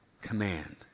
command